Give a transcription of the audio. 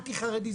אנטי חרדי,